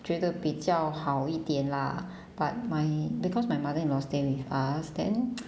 觉得比较好一点 lah but my because my mother-in-law stay with us then